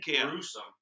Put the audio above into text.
gruesome